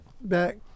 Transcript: back